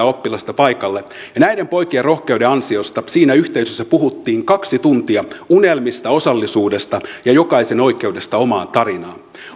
oppilasta paikalle ja näiden poikien rohkeuden ansiosta siinä yhteisössä puhuttiin kaksi tuntia unelmista osallisuudesta ja jokaisen oikeudesta omaan tarinaan